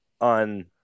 on